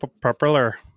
popular